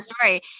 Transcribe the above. story